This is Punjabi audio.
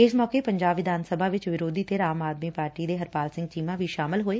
ਇਸ ਮੌਕੇ ਪੰਜਾਬ ਵਿਧਾਨ ਸਭਾ ਵਿੱਚ ਵਿਰੋਧੀ ਧਿਰ ਆਮ ਆਦਮੀ ਪਾਰਟੀ ਦੇ ਹਰਪਾਲ ਸਿੰਘ ਚੀਮਾ ਵੀ ਸ਼ਾਮਲ ਹੋਏ